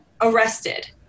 arrested